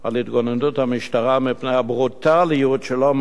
המשטרה מפני הברוטליות של לא-מעט מפגינים,